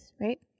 right